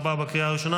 הוראת שעה,